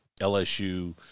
LSU –